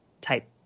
type